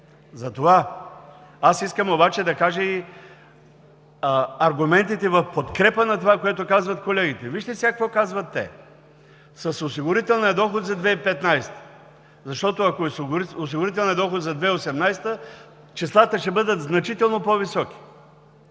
Затова аз искам обаче да кажа и аргументите в подкрепа на това, което казват колегите. Вижте сега какво казват те – с осигурителния доход за 2015 г., защото ако е с осигурителния доход за 2018 г., числата ще бъдат значително по-високи.